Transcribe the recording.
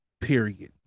Period